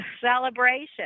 Celebration